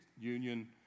Union